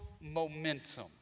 momentum